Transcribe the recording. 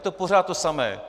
Je to pořád to samé.